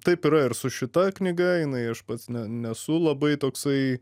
taip yra ir su šita knyga jinai aš pats nesu labai toksai